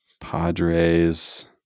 Padres